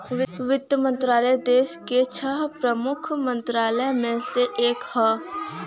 वित्त मंत्रालय देस के छह प्रमुख मंत्रालय में से एक हौ